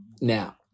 now